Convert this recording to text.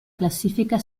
classifica